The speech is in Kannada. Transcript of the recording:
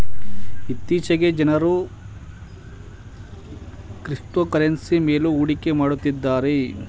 ಇತ್ತೀಚೆಗೆ ಜನರು ಕ್ರಿಪ್ತೋಕರೆನ್ಸಿ ಮೇಲು ಹೂಡಿಕೆ ಮಾಡುತ್ತಿದ್ದಾರೆ